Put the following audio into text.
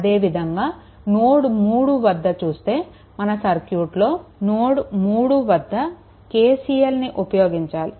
అదేవిధంగా నోడ్3 వద్ద మన సర్క్యూట్లోని నోడ్3 వద్ద KCLని ఉపయోగించాలి